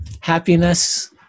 happiness